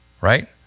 right